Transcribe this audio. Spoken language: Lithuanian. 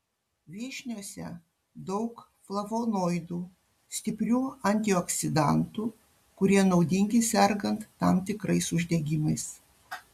vyšniose daug flavonoidų stiprių antioksidantų kurie naudingi sergant tam tikrais uždegimais